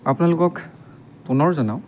আপোনালোকক পুনৰ জনাওঁ